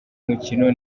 mukino